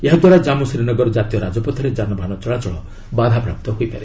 ଏହାଦ୍ୱାରା ଜାମ୍ଗୁ ଶ୍ରୀନଗର ଜାତୀୟ ରାଜପଥରେ ଯାନବାହାନ ଚଳାଚଳ ବାଧାପ୍ରାପ୍ତ ହୋଇପାରେ